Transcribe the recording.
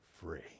free